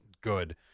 good